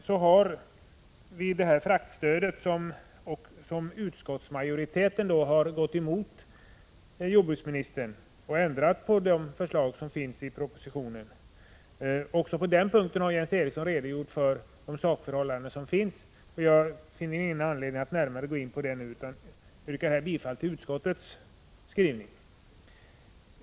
I fråga om fraktstödet har utskottsmajoriteten gått emot jordbruksministern och ändrat på förslagen i propositionen. Också på den punkten har Jens Eriksson redogjort för sakförhållandena. Jag finner därför inte heller i det här avseendet anledning att gå in närmare på frågan utan yrkar bifall till utskottets hemställan.